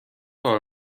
کار